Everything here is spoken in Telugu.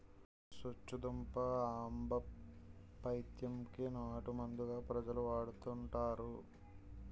సొచ్చుదుంప ఆంబపైత్యం కి నాటుమందుగా ప్రజలు వాడుతుంటారు